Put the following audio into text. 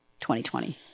2020